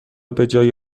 بجای